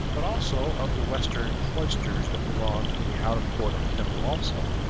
but also of the western cloisters that belonged to the outer court of the temple also,